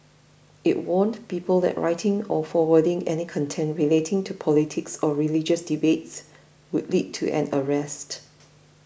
it warned people that writing or forwarding any content related to politics or religious debates would lead to an arrest